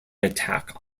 attack